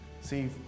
See